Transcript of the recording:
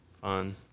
Fun